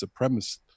supremacist